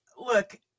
look